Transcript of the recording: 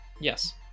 Yes